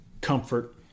comfort